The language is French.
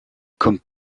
comme